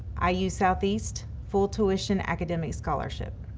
ah iu southeast, full tuition academic scholarship.